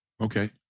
Okay